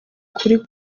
ukuri